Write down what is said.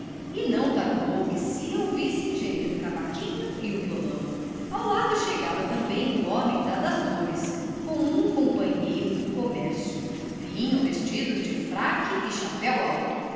e não tardou que se ouvissem gemer o cavaquinho e o violão ao lado chegava também o homem da das dores com um companheiro do comércio vinham vestidos de fraque e chapéu alto